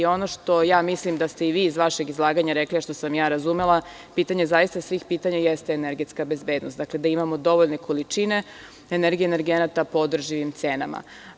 Ono što mislim da ste i vi iz vašeg izlaganja rekli, a što sam ja razumela, pitanje zaista svih pitanja jeste energetska bezbednost, da imamo dovoljne količine energije i energenata po održivim cenama.